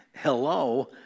hello